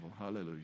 hallelujah